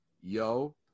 yo